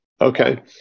Okay